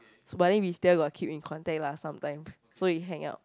but then we still got keep in contact lah sometimes so we hang out